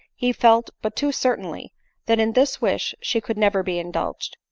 he felt but too certainly that in this wish she could never be indulged.